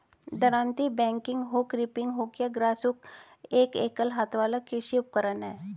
दरांती, bagging hook, reaping hook या grass hook एक एकल हाथ वाला कृषि उपकरण है